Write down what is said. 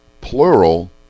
plural